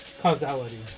causality